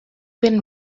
been